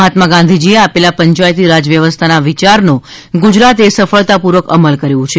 મહાત્મા ગાંધીજીએ આપેલા પંચાયતી રાજવ્યવસ્થાના વિચારનો ગુજરાતે સફળતાપૂર્વક અમલ કર્યો છે